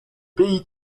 pays